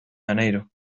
janeiro